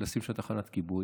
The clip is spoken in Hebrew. לשים שם תחנת כיבוי.